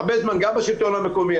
גם השלטון המקומי,